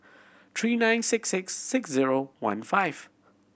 three nine six six six zero one five